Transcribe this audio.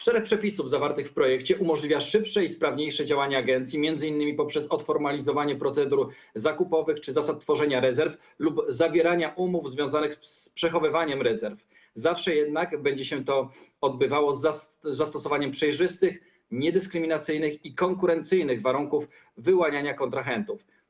Szereg przepisów zawartych w projekcie ustawy umożliwia szybsze i sprawniejsze działanie agencji, m.in. poprzez odformalizowanie procedur zakupowych czy zasad tworzenia rezerw lub zawierania umów związanych z przechowywaniem rezerw, zawsze jednak będzie to się odbywało z zastosowaniem przejrzystych, niedyskryminacyjnych i konkurencyjnych warunków wyłaniania kontrahentów.